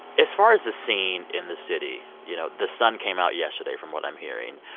as far as the scene in the city, you know, the sun came out yesterday, from what i'm hearing.